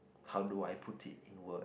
how do I put it in word